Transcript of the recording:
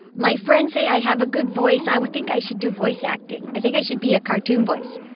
my friends say i have a good voice. i would think i should do voice acting. i think i should be a cartoon voice.